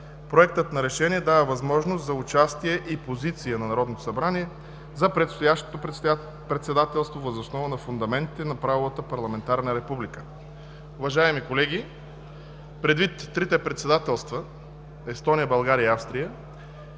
Проектът за решение дава възможност за участие и позиция на Народното събрание за предстоящото председателство въз основа на фундаментите на правовата парламентарна република. Уважаеми колеги, предвид трите председателства – Естония, България, Австрия,